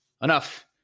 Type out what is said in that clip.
enough